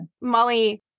Molly